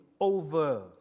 over